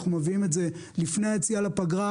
אנחנו מביאים את זה לפני היציאה לפגרה,